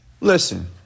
Listen